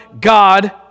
God